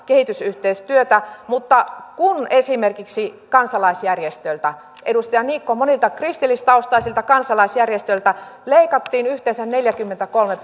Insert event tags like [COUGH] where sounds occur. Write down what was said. kehitysyhteistyötä mutta kun esimerkiksi kansalaisjärjestöiltä edustaja niikko monilta kristillistaustaisilta kansalaisjärjestöiltä leikattiin yhteensä neljäkymmentäkolme [UNINTELLIGIBLE]